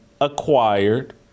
acquired